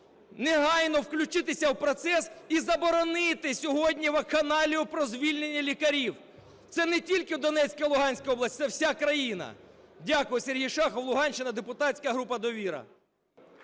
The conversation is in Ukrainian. Негайно включитися в процес і заборонити сьогодні вакханалію про звільнення лікарів. Це не тільки Донецька і Луганська області, це вся країна. Дякую. Сергій Шахов, Луганщина, депутатська група "Довіра".